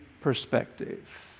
perspective